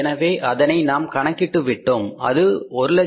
எனவே அதனை நாம் கணக்கிட்டுவிட்டோம் அது 159375